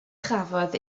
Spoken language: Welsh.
chafodd